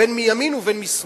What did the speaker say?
בין מימין ובין משמאל,